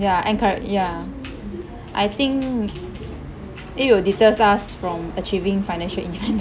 ya encoura~ ya I think it will deters us from achieving financial independence